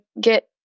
get